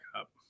up